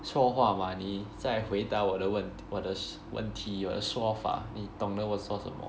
说话 mah 你在回答我的问我的我的问题我的说法你懂得我说什么